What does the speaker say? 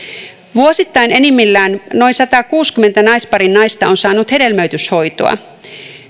vuosittain enimmillään noin satakuusikymmentä naisparinaista on saanut hedelmöityshoitoa